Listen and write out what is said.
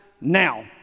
now